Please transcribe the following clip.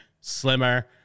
slimmer